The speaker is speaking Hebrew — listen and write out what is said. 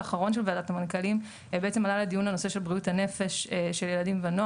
המנכלים, עלה לדיון נושא בריאות הנפש אצל ילדים.